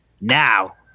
Now